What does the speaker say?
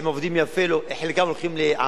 אבל מה